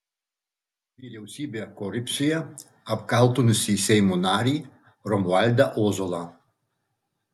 vyriausybę korupcija apkaltinusį seimo narį romualdą ozolą